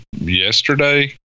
yesterday